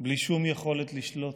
בלי שום יכולת לשלוט.